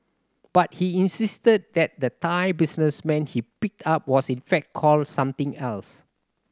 but he insisted that the Thai businessman he picked up was in fact called something else